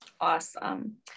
Awesome